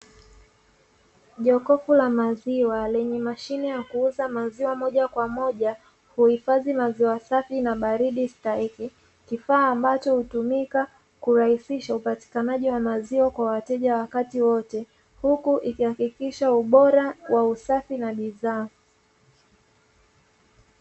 Jokofu la maziwa lenye mashine ya kuuza maziwa moja kwa moja kuhifadhi maziwa safi na baridi stahiki, kifaa ambacho hutumika kurahisisha upatikanaji wa maziwa kwa wateja wakati wote, huku ikihakikisha ubora wa usafi na bidhaa.